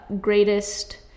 greatest